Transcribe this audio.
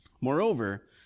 Moreover